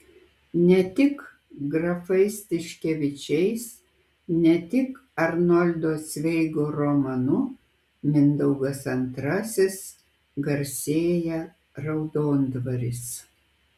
ne tik grafais tiškevičiais ne tik arnoldo cveigo romanu mindaugas ii garsėja raudondvaris